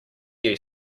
you